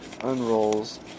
unrolls